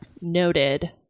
noted